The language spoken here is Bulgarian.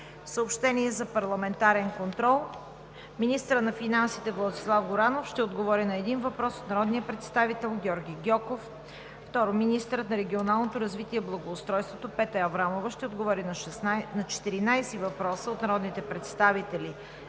Съобщения за парламентарен контрол: 1. Министърът на финансите Владислав Горанов ще отговори на един въпрос от народния представител Георги Гьоков. 2. Министърът на регионалното развитие и благоустройството Петя Аврамова ще отговори на 14 въпроса от народните представители Ахмед Ахмедов,